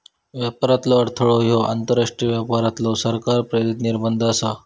व्यापारातलो अडथळो ह्यो आंतरराष्ट्रीय व्यापारावरलो सरकार प्रेरित निर्बंध आसा